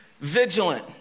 vigilant